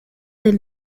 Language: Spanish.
del